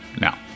Now